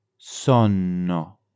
Sonno